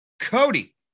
Cody